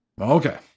okay